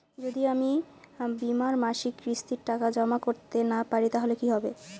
যদি আমি বীমার মাসিক কিস্তির টাকা জমা করতে না পারি তাহলে কি হবে?